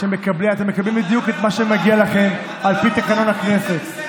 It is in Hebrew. כשאתם מקבלים בדיוק את מה שמגיע לכם על פי תקנון הכנסת,